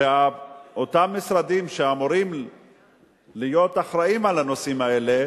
ואותם משרדים שאמורים להיות אחראים על הנושאים האלה,